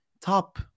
top